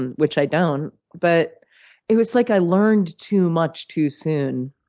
and which i don't, but it was like i learned too much too soon,